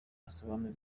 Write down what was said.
asobanura